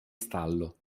stallo